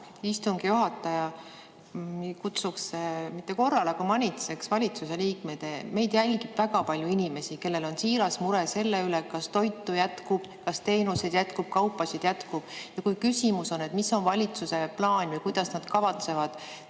istungi juhataja kutsuks mitte korrale, aga manitseks valitsuse liikmeid. Meid jälgib väga palju inimesi, kellel on siiras mure selle pärast, kas toitu jätkub, teenuseid jätkub, kaupasid jätkub. Kui küsimus on, mis on valitsuse plaan, kuidas nad kavatsevad